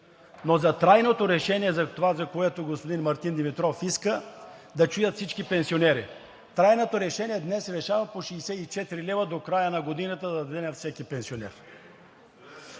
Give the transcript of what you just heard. Но за трайното решение – това, което господин Мартин Димитров иска, да чуят всички пенсионери: трайното решение днес решава по 64 лв. до края на годината да даде на всеки пенсионер.